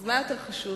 אז מה יותר חשוב?